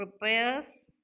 prepares